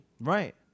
Right